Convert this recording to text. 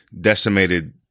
decimated